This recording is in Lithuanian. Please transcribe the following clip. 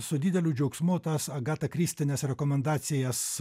su dideliu džiaugsmu tas agatakristines rekomendacijas